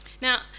Now